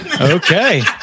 Okay